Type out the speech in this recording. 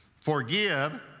Forgive